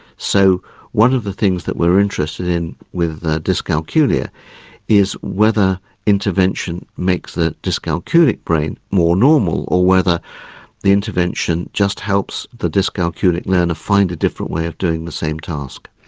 so one of the things that we're interested in with dyscalculia is whether intervention makes the dyscalculic brain more normal, or whether the intervention just helps the dyscalculic learner find a different way of doing the same task.